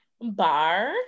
Bar